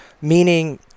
Meaning